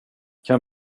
kan